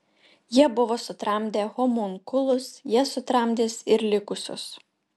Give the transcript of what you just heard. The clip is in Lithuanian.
jie buvo sutramdę homunkulus jie sutramdys ir likusius